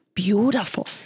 Beautiful